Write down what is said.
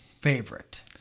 Favorite